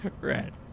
Right